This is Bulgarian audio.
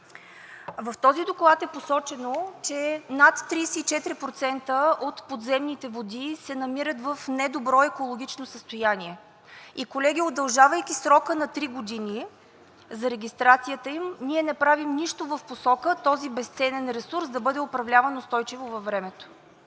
В този доклад е посочено, че над 34% от подземните води се намират в недобро екологично състояние. И, колеги, удължавайки срока на три години за регистрацията им, ние не правим нищо в посока този безценен ресурс да бъде управляван устойчиво във времето.